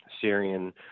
Syrian